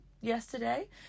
yesterday